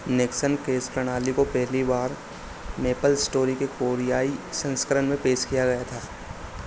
Nexon cash प्रणाली को पहली बार मेपल एस्टोरी के कोरियाई सँस्करण में पेश किया गया था